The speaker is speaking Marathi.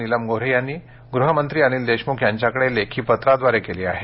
नीलम गोऱ्हे यांनी गृहमंत्री अनिल देशमुख यांच्याकडे लेखी पत्राद्वारे केली आहे